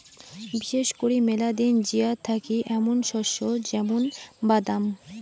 বিশেষ করি মেলা দিন জিয়া থাকি এ্যামুন শস্য য্যামুন বাদাম